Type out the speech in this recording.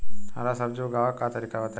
हरा सब्जी उगाव का तरीका बताई?